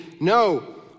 no